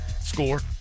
score